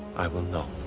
i will not.